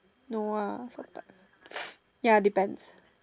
no ah suck up ya depends